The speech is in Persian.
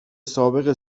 سابق